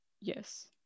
yes